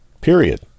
period